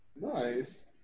Nice